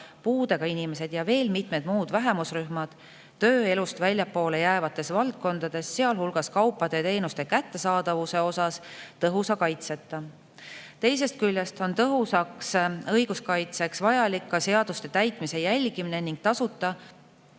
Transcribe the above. puudega inimesed ja veel mitmed muud vähemusrühmad tööelust väljapoole jäävates valdkondades, sealhulgas kaupade ja teenuste kättesaadavuse osas, tõhusa kaitseta. Teisest küljest on tõhusaks õiguskaitseks vajalik ka seaduste täitmise jälgimine ning tasuta